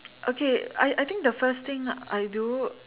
okay I I think the first thing I do